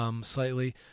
slightly